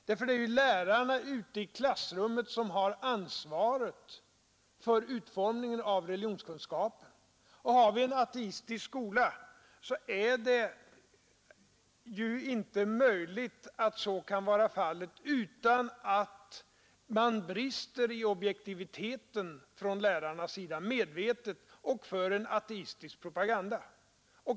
Det är ju lärarna ute i klassrummet som har ansvaret för utformningen av ämnet religionskunskap, och har vi en ateistisk skola säger att vi har en ateistisk skola i dag, så är så är det inte möjligt utan att lärarna medvetet brister i objektivitet och för en ateistisk propaganda.